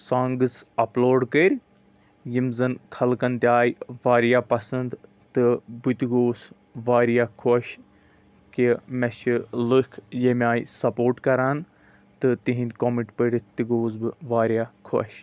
songs upload کٔرۍ یِم زَن خلقَن تہِ آیہِ واریاہ پَسںٛد تہٕ بہٕ تہِ گوٚوُس واریاہ خۄش کہ مےٚ چھِ لُکھ ییٚمہِ آے سَپوٹ کَران تہٕ تِہِنٛد کوٚمَنٛٹ پٔرِتھ تہِ گوٚوُس بہٕ واریاہ خۄش